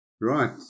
Right